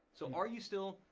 so are you still,